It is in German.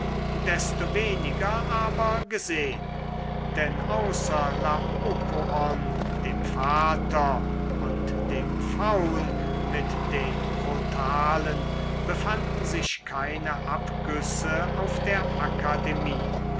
desto weniger aber gesehn denn außer laokoon dem vater und dem faun mit den krotalen befanden sich keine abgüsse auf der akademie